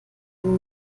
dem